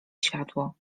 światło